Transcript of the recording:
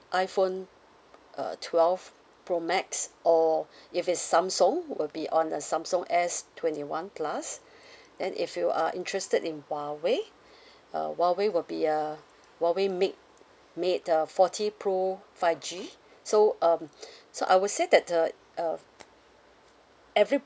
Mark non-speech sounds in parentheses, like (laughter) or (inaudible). iphone uh twelve pro max or (breath) if it's samsung will be on the samsung S twenty one plus (breath) then if you are interested in huawei (breath) uh huawei will be uh huawei mate mate uh forty pro five G so um (breath) so I would say that the uh every